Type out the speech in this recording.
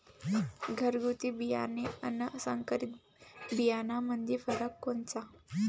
घरगुती बियाणे अन संकरीत बियाणामंदी फरक कोनचा?